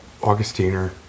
Augustiner